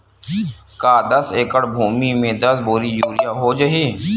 का दस एकड़ भुमि में दस बोरी यूरिया हो जाही?